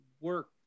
work